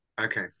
okay